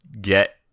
get